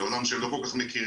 זה עולם שהם לא כל כך מכירים,